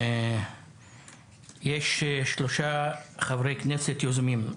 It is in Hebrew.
יש שלושה חברי כנסת יוזמים.